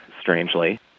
strangely